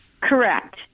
Correct